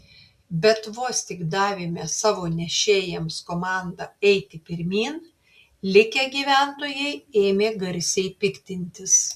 bet vos tik davėme savo nešėjams komandą eiti pirmyn likę gyventojai ėmė garsiai piktintis